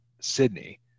Sydney